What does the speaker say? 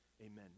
amen